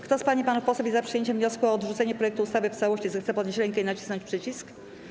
Kto z pań i panów posłów jest za przyjęciem wniosku o odrzucenie projektu ustawy w całości, zechce podnieść rękę i nacisnąć przycisk.